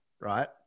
right